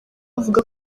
avuga